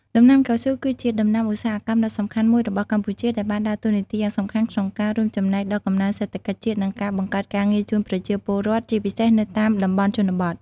ដំណាំកៅស៊ូ គឺជាដំណាំឧស្សាហកម្មដ៏សំខាន់មួយរបស់កម្ពុជា ដែលបានដើរតួនាទីយ៉ាងសំខាន់ក្នុងការរួមចំណែកដល់កំណើនសេដ្ឋកិច្ចជាតិ និងការបង្កើតការងារជូនប្រជាពលរដ្ឋ ជាពិសេសនៅតាមតំបន់ជនបទ។